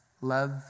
Love